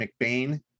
McBain